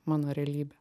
mano realybė